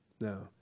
No